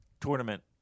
tournament